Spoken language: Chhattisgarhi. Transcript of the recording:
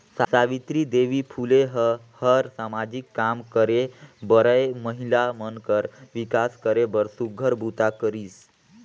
सावित्री देवी फूले ह हर सामाजिक काम करे बरए महिला मन कर विकास करे बर सुग्घर बूता करिस